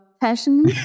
passion